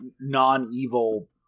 non-evil